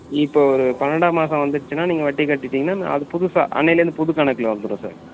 இப்போது ஒரு பன்னெண்டாம் மாதம் வந்துடுச்சுன்னா நீங்கள் வட்டி கட்டிவிட்டிங்கன்னா நான் அது புதுசாக அன்னைலருந்து புது கணக்கில் வந்துடும் சார்